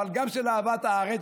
אבל גם של אהבת הארץ,